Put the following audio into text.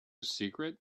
secret